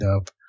up